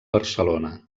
barcelona